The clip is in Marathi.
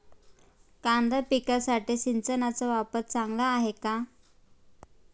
कांदा पिकासाठी सिंचनाचा वापर चांगला आहे का?